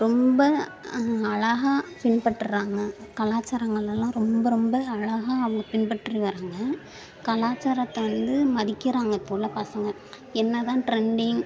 ரொம்ப அழகா பின்பற்றுகிறாங்க கலாச்சாரங்களெலாம் ரொம்ப ரொம்ப அழகா அவங்க பின்பற்றி வராங்க கலாச்சாரத்தை வந்து மதிக்கிறாங்க இப்போ உள்ள பசங்கள் என்ன தான் ட்ரெண்டிங்